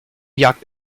jagt